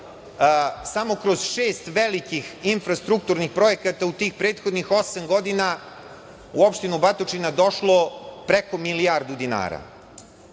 samo kroz šest velikih infrastrukturnih projekata u tih prethodnih osam godina u opštinu Batočina došlo preko milijardu dinara.